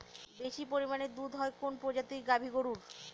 বেশি পরিমানে দুধ হয় কোন প্রজাতির গাভি গরুর?